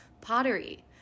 pottery